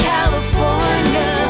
California